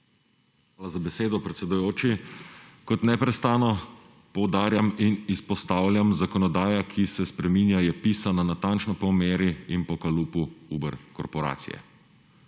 Hvala za besedo, predsedujoči. Kot neprestano poudarjam in izpostavljam zakonodaja, ki se spreminja je pisana natančno po meri in po kalupu Uber korporacije.